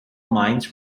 minds